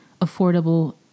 affordable